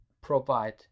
provide